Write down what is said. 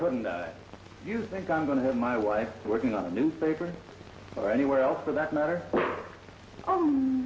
couldn't that you think i'm going to have my wife working on a newspaper or anywhere else for that matter